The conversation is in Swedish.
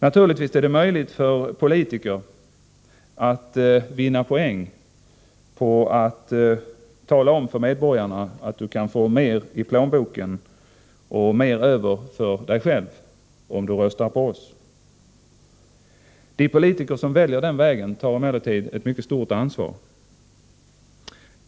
Naturligtvis är det möjligt för politiker inom ett parti att vinna poäng på att tala om för medborgarna att de kan få mer i plånboken och mer över för egen del om de röstar på det partiet. De politiker som väljer denna väg tar emellertid på sig ett mycket stort ansvar.